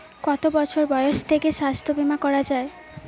কত বছর বয়স থেকে স্বাস্থ্যবীমা করা য়ায়?